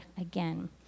again